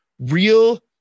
real